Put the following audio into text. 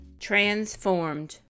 Transformed